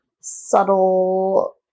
subtle